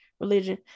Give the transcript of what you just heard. religion